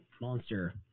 Monster